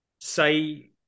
say